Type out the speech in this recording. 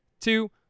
two